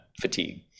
fatigue